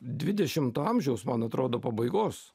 dvidešimto amžiaus man atrodo pabaigos